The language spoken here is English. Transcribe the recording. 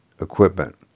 equipment